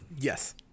Yes